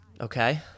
Okay